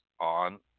on